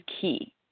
key